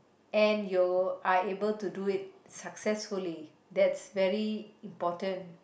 and you are able to do it successfully that's very important